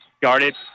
Guarded